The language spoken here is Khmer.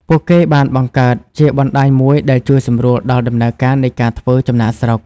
ពួកគេបានបង្កើតជាបណ្ដាញមួយដែលជួយសម្រួលដល់ដំណើរការនៃការធ្វើចំណាកស្រុក។